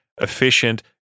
Efficient